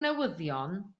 newyddion